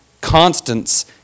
constants